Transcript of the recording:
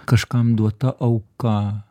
kažkam duota auka